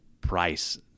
price